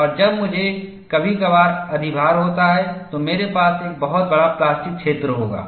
और जब मुझे कभी कभार अधिभार होता है तो मेरे पास एक बहुत बड़ा प्लास्टिक क्षेत्र होगा